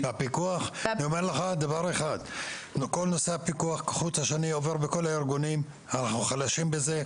כל נושא הפיקוח כחוט השני עובר בכל הארגונים החלשים בזה.